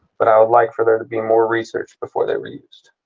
but i would like for there to be more research before they were used.